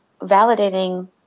validating